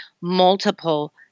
multiple